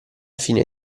fine